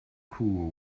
cool